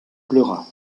pleura